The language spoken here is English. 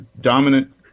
dominant